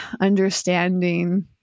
understanding